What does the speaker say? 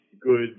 good